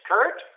Kurt